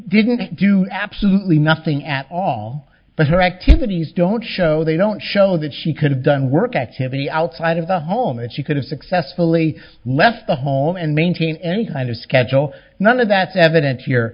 didn't do absolutely nothing at all but her activities don't show they don't show that she could have done work activity outside of the home and she could have successfully left the home and maintain any kind of schedule none of that's eviden